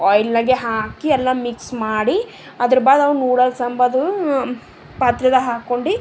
ಆಯ್ಲ್ನಾಗೆ ಹಾಕಿ ಎಲ್ಲ ಮಿಕ್ಸ್ ಮಾಡಿ ಅದರ ಬಾದ್ ಅವು ನೂಡಲ್ಸ್ ಅಂಬದು ಪಾತ್ರೆದಾಗೆ ಹಾಕೊಂಡು